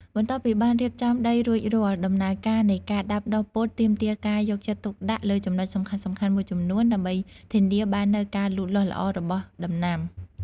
បន្ទាប់ពីបានរៀបចំដីរួចរាល់ ដំណើរការនៃការដាំដុះពោតទាមទារការយកចិត្តទុកដាក់លើចំណុចសំខាន់ៗមួយចំនួនដើម្បីធានាបាននូវការលូតលាស់ល្អរបស់ដំណាំ។